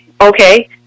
okay